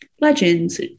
legends